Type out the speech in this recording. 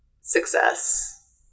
success